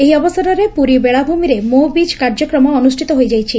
ଏହି ଅବସରରେ ପୁରୀ ବେଳାଭୂମିରେ 'ମୋ ବିଚ୍' କାର୍ଯ୍ୟକ୍ରମ ଅନୁଷିତ ହୋଇଯାଇଛି